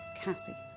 Cassie